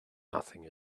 nothing